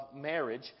marriage